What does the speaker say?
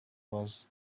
was